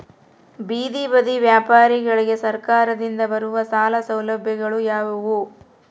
ಬೇದಿ ಬದಿ ವ್ಯಾಪಾರಗಳಿಗೆ ಸರಕಾರದಿಂದ ಬರುವ ಸಾಲ ಸೌಲಭ್ಯಗಳು ಯಾವುವು?